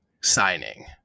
signing